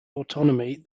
autonomy